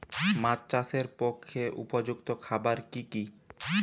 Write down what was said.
মাছ চাষের পক্ষে উপযুক্ত খাবার কি কি?